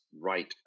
right